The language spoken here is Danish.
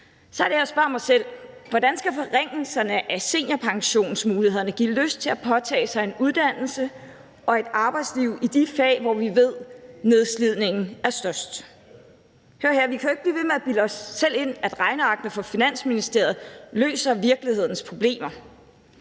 Så er det, jeg spørger mig selv: Hvordan skal forringelserne af seniorpensionsmulighederne give folk lyst til at tage en uddannelse og få et arbejdsliv i de fag, hvor vi ved nedslidningen er størst? Hør her, vi kan jo ikke blive ved med at bilde os selv ind, at regnearkene fra Finansministeriet løser virkelighedens problemer.